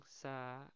sa